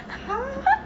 !huh!